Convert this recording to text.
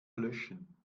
löschen